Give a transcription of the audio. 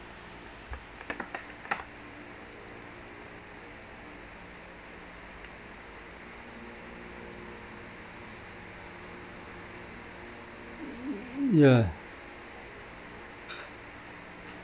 mm yeah